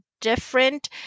different